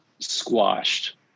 squashed